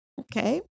Okay